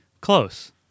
Close